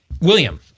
william